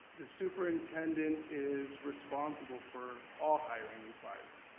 the superintendent is responsible for all hiring and firing.